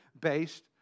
based